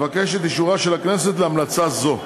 אבקש את אישורה של הכנסת להמלצה זו.